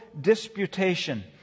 disputation